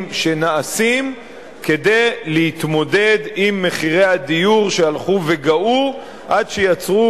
שנעשים כדי להתמודד עם מחירי הדיור שהלכו וגאו עד שיצרו